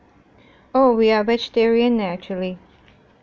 oh we are vegetarian eh actually